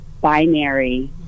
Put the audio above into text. binary